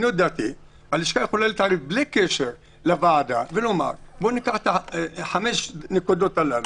הלשכה יכולה להתערב בלי קשר לוועדה ולומר: ניקח את חמש הנקודות הללו,